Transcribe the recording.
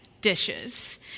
dishes